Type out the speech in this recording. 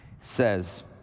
says